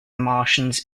martians